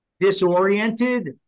disoriented